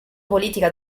politica